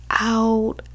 out